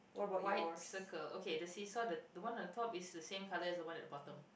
white circle okay the see saw the the one on the top is the same color as the one at the bottom